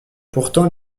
pourtant